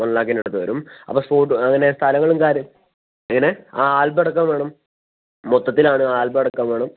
one ലാക്കിനടുത്ത് വരും അപ്പോൾ സ്പോട്ട് അങ്ങനെ സ്ഥലങ്ങളും കാര്യം എങ്ങനെ ആ ആൽബമടക്കം വേണം മൊത്തത്തിലാണ് ആൽബമടക്കം വേണം